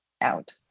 out